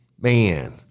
Man